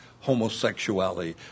homosexuality